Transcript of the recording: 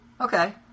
okay